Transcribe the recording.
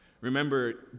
Remember